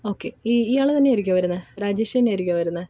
okay ഈ ഇയാൾ തന്നെയാരിക്കുമോ വരുന്നത് രാജേഷ് തന്നെ ആയിരിക്കുമോ വരുന്നത്